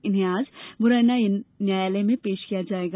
इन्हें आज मुरैना न्यायालय में पेश किया जायेगा